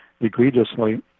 egregiously